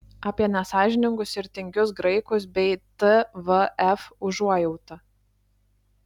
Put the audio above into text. apie nesąžiningus ir tingius graikus bei tvf užuojautą